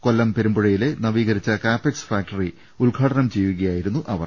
കൊല്ലം പെരുമ്പുഴയിലെനവീകരിച്ച കാപെക്സ് ഫാക്ടറി ഉദ്ഘാടനം ചെയ്യുകയായിരുന്നു അവർ